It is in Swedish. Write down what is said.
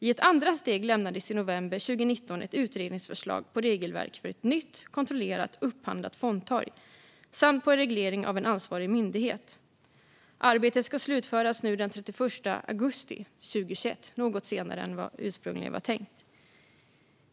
I ett andra steg lämnades i november 2019 ett utredningsförslag om regelverk för ett nytt kontrollerat upphandlat fondtorg samt om en reglering av en ansvarig myndighet. Arbetet ska slutföras den 31 augusti 2021, något senare än vad det ursprungligen var tänkt.